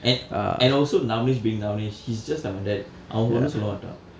and and also navinesh being navinesh he's just like my dad அவங்க ஒன்னும் சொல்ல மாட்டான்:avnga onnum solla maattaan